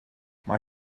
mae